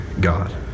God